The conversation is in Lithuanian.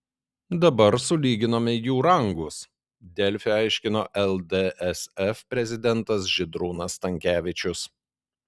dabar sulyginome jų rangus delfi aiškino ldsf prezidentas žydrūnas stankevičius